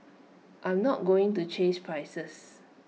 I'm not going to chase prices